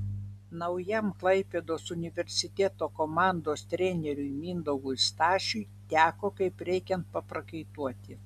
naujam klaipėdos universiteto komandos treneriui mindaugui stašiui teko kaip reikiant paprakaituoti